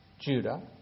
Judah